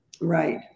Right